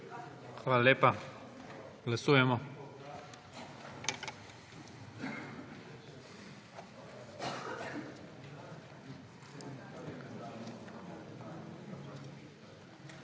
Hvala lepa. Glasujemo.